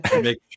Make